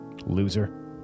Loser